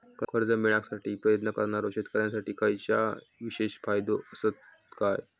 कर्जा मेळाकसाठी प्रयत्न करणारो शेतकऱ्यांसाठी खयच्या विशेष फायदो असात काय?